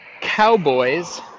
Cowboys